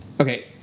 okay